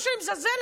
לא שאני מזלזלת,